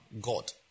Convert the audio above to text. God